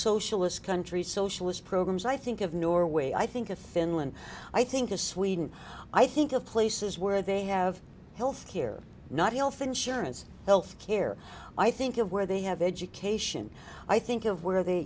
socialist country socialist programs i think of norway i think of finland i think to sweden i think of places where they have health care not health insurance health care i think of where they have education i think of where they